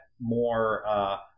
more